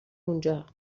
اونجا